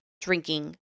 drinking